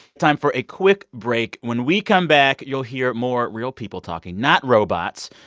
time for a quick break. when we come back, you'll hear more real people talking, not robots.